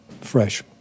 fresh